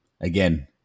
again